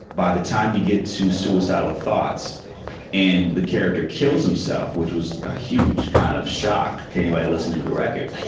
by the time you get to suicidal thoughts and the character kills himself which was a huge kind of shock to anybody listening to the records